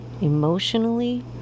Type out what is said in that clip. emotionally